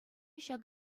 ҫак